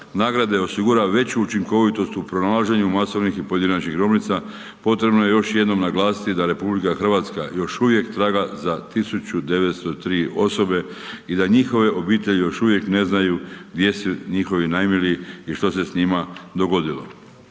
nagrade osigura veću učinkovitost u pronalaženju masovnih i pojedinačnih grobnica, potrebno je još jednom naglasiti da RH još uvijek traga za 1903 osobe i da njihove obitelji još uvijek ne znaju gdje su njihovi najmiliji i što se s njima dogodilo.